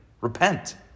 Repent